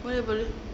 boleh boleh